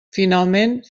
finalment